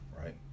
right